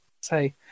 say